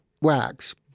wax